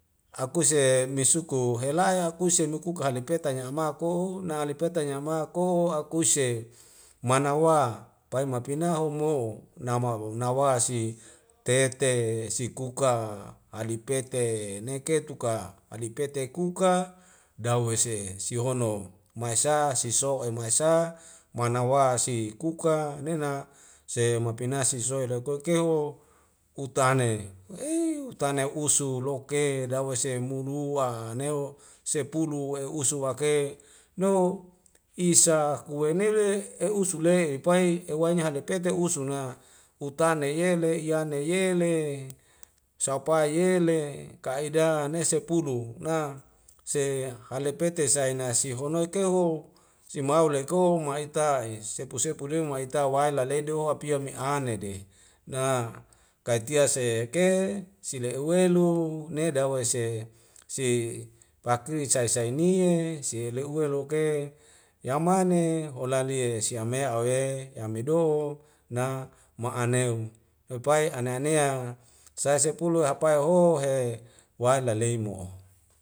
Akuse me suka helae akuse luku kalik halepe tanya amauko na lipe tanya ama ko akuise manawa pai mapina homo nama wa nawa si tete sikuka adipete neke tuka adipete kuka dawese sihono maisa siso'e maisa manawasi kuka nena se mapina sisoe lo kokeho utane ei utane usu loke dawese mulua neu sepulu we usu wake nou hisa kuwei neli e'usu le'i pai ewainya hade pei te usuna utane yele yane yele saupai yele kaida nesepulu na se halapete sai na sihonoi keuho simau leko ma'ita'es sepu sepu deu ma'ita waila ledo apia me ane ne de na kaitia se'eke sile'uwelu nede dawese si pakri sai sai ni e se he'leuweloke yamane olalie siame awe yamedo na ma'aneu lupai ane anea sai sepulu hapai ho he wai lalei mo'o